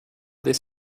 this